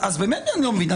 אני לא מבין,